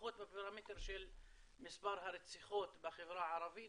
לפחות בפרמטר של מספר הרציחות בחברה הערבית.